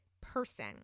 person